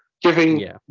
giving